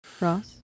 Ross